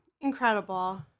incredible